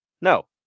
No